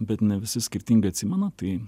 bet ne visi skirtingai atsimena tai